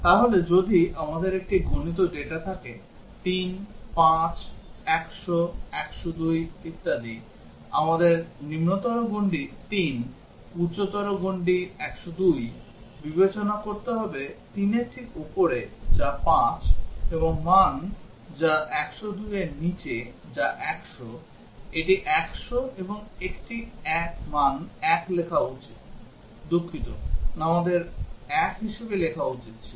তাহলে যদি আমাদের একটি গণিত ডেটা থাকে 3 5 100 102 ইত্যাদি আমাদের নিম্নতর গণ্ডি 3 উচ্চতর গণ্ডি 102 বিবেচনা করতে হবে 3 র ঠিক উপরে যা 5 এবং মান যা 102 এর নীচে যা 100 এটি 100 এবং একটি মান 1 লেখা উচিত দুঃখিত আমাদের 1 হিসাবে লেখা উচিত ছিল